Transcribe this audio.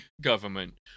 government